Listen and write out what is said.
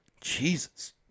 Jesus